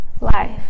life